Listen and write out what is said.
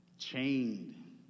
chained